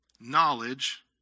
Knowledge